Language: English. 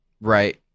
right